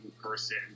person